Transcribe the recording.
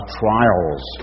trials